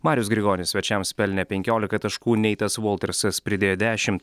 marius grigonis svečiams pelnė penkiolika taškų neitas voltrasas pridėjo dešimt